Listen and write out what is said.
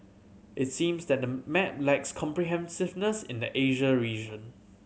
it seems that the map lacks comprehensiveness in the Asia region